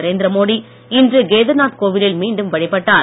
நரேந்திர மோடி இன்று கேதார்நாத் கோவிலில் மீண்டும் வழிபட்டார்